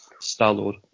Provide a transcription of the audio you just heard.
Star-Lord